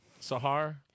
Sahar